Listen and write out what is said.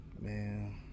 Man